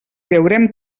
veurem